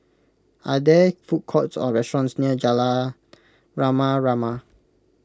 are there food courts or restaurants near Jalan Rama Rama